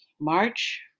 March